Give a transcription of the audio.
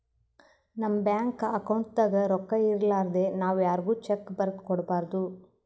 ನಮ್ ಬ್ಯಾಂಕ್ ಅಕೌಂಟ್ದಾಗ್ ರೊಕ್ಕಾ ಇರಲಾರ್ದೆ ನಾವ್ ಯಾರ್ಗು ಚೆಕ್ಕ್ ಬರದ್ ಕೊಡ್ಬಾರ್ದು